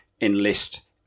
enlist